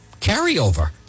carryover